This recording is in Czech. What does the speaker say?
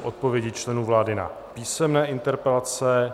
Odpovědi členů vlády na písemné interpelace